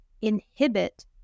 inhibit